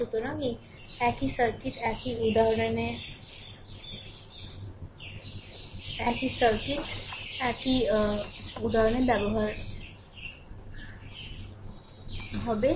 সুতরাং একটি সার্কিট একই উদাহরণে থাকবে 10 সার্কিট কেবল একই থাকবে